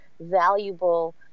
valuable